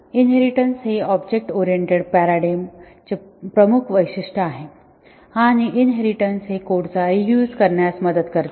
inheritance हे object oriented paradigm चे प्रमुख वैशिष्ट्यआहे आणि इनहेरिटेन्स हे कोडचा रियूझ करण्यास मदत करते